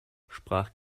sprach